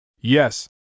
Yes